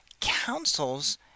counsels